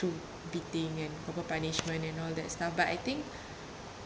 through beating and proper punishment and all that stuff but I think